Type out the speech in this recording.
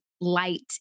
light